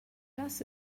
das